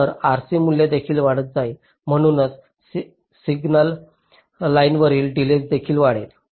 तर RC मूल्य देखील वाढत जाईल म्हणूनच सिग्नल लाइनवरील डीलेय देखील वाढेल